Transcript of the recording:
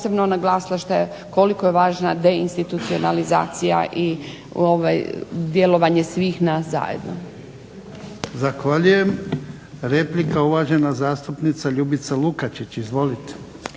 posebno naglasila koliko je važna deinstitucionalizacija i djelovanje svih nas zajedno.